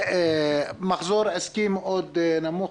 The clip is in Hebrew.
יש גם מחזור עסקי מאוד נמוך.